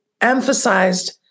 emphasized